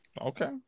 Okay